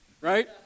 right